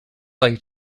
like